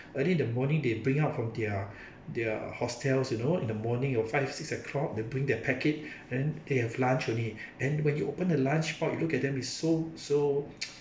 early the morning they bring out from their their hostels you know in the morning your five six o'clock they bring their packet and they have lunch only and when you open the lunch box you look at them it is so so